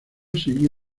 sigue